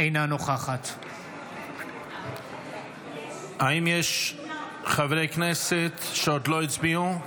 אינה נוכחת האם יש חברי כנסת שעוד לא הצביעו?